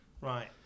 Right